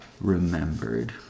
Remembered